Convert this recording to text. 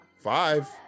Five